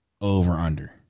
over-under